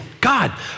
God